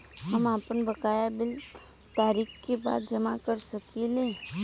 हम आपन बकाया बिल तारीख क बाद जमा कर सकेला?